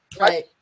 Right